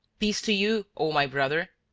peace to you, o my brother!